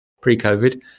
pre-covid